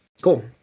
cool